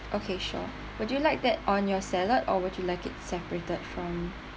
okay sure would you like that on your salad or would you like it